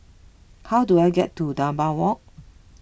how do I get to Dunbar Walk